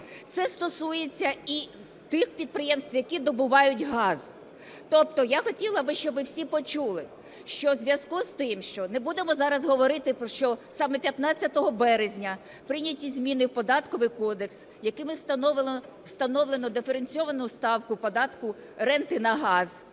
Це стосується і тих підприємств, які добувають газ. Тобто я хотіла би, щоб всі почули, що у зв'язку з тим, що, не будемо зараз говорити, що саме 15 березня прийняті зміни в Податковий кодекс, якими встановлено диференційовану ставку податку ренти на газ,